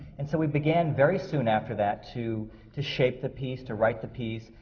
and so, we began very soon after that to to shape the piece, to write the piece.